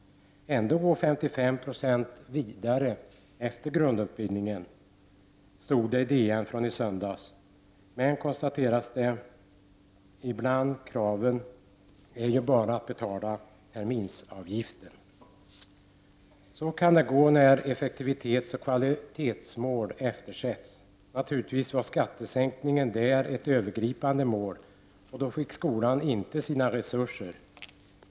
Ändå går 55 96 vidare efter grundutbildningen, stod det i DN från i söndags. Men, konstateras det, kravet är bara att man betalar terminsavgiften. Så kan det gå när effektivitetsoch kvalitetsmål eftersätts. Naturligtvis var skattesänkningen där ett övergripande mål, och då fick skolan inte sina resurser.